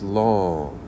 long